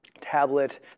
Tablet